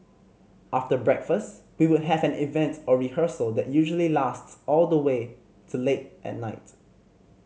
after breakfast we would have an event or rehearsal that usually lasts all the way to late at night